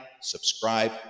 subscribe